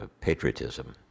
patriotism